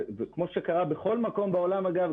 אגב,